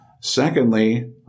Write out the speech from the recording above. Secondly